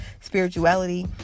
spirituality